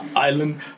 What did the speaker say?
Island